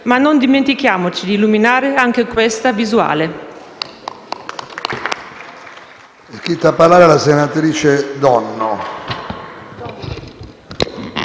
ma non dimentichiamoci di illuminare anche questa visuale.